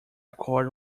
cord